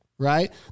right